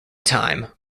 time